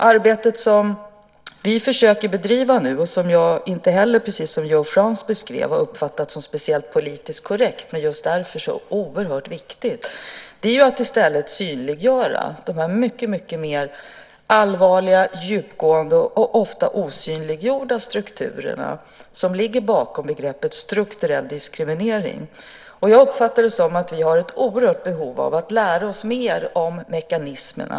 Arbetet som vi försöker bedriva nu, som inte jag heller, precis som Joe Frans beskrev, har uppfattat som speciellt politiskt korrekt men just därför så oerhört viktigt, är att i stället synliggöra de mycket allvarligare, djupgående och ofta osynliggjorda strukturer som ligger bakom begreppet strukturell diskriminering. Jag uppfattar det som att vi har ett oerhört behov av att lära oss mer om mekanismerna.